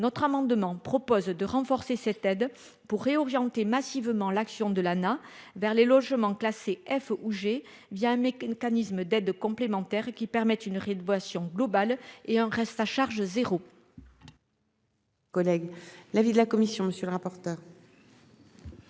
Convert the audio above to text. notre amendement propose de renforcer cette aide pour réorienter massivement l'action de l'vers les logements classés F ou G via un mec mécanisme d'aide complémentaire qui permet une Ride voici on global et un reste à charge zéro.